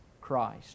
Christ